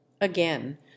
Again